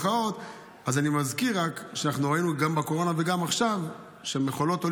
אז אני רק מזכיר שראינו גם בקורונה וגם עכשיו שהמחירים במכולות עולים,